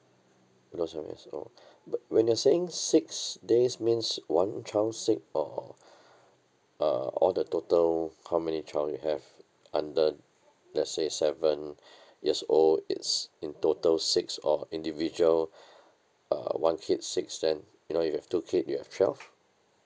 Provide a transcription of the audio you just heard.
those uh means oh but when you're saying six days means one child six or uh all the total how many child you have under let's say seven years old it's in total six or individual uh one kid six then you know you have two kid you have twelve